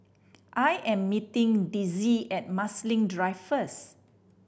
I am meeting Dezzie at Marsiling Drive first